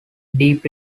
deep